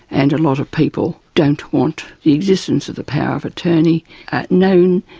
and a lot of people don't want the existence of the power of attorney known.